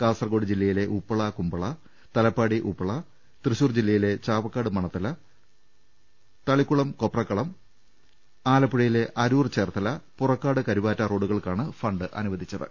കാസർകോട് ജില്ലയിലെ ഉപ്പള കുമ്പള തല പ്പാടി ഉപ്പള തൃശൂർ ജില്ലയിലെ ചാവക്കാട് മണത്തല് തളിക്കുളം കൊപ്രക്കളം ആലപ്പുഴയിലെ അരൂർ ചേർത്തല പുറക്കാട് കരുവാറ്റ റോഡുകൾക്കാണ് ഫണ്ട് അനുവദിച്ചത്